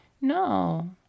No